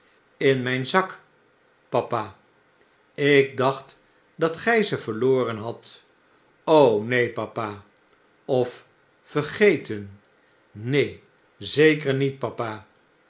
in myn zak papa ik dacht dat gjj ze verloren hadt neen papa of vergeten volstrekt niet papa